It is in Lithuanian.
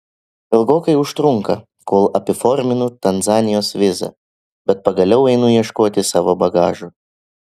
ilgokai užtrunka kol apiforminu tanzanijos vizą bet pagaliau einu ieškoti savo bagažo